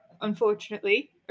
unfortunately